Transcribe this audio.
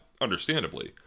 understandably